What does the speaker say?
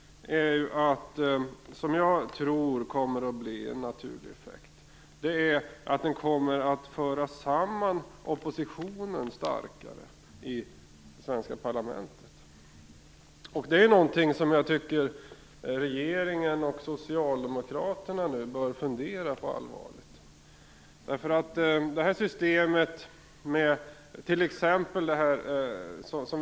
Jag tror att en naturlig effekt är att oppositionen kommer att föras samman starkare i det svenska parlamentet. Det är någonting som jag tycker att regeringen och Socialdemokraterna bör fundera allvarligt på.